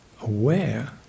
aware